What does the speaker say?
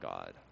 God